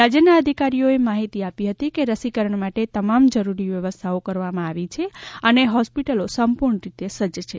રાજ્યના અધિકારીઓએ માહિતી આપી હતી કે રસીકરણ માટે તમામ જરૂરી વ્યવસ્થાઓ કરવામાં આવી છે અને હોસ્પિટલો સંપૂર્ણ રીતે સજ્જ છે